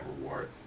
reward